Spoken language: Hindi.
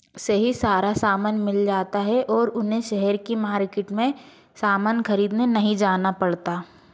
से ही सारा सामान मिल जाता है और उन्हें शहर की मार्किट में सामान खरीदने नही जाना पड़ता